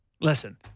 listen